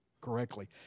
correctly